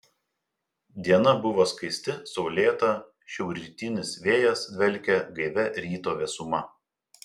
diena buvo skaisti saulėta šiaurrytinis vėjas dvelkė gaivia ryto vėsuma